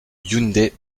hyundai